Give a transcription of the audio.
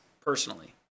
personally